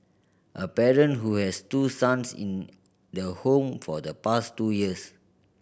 a parent who has two sons in the home for the past two years